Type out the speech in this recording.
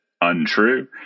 untrue